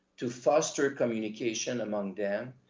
to foster communication among them,